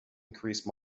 increase